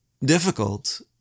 Difficult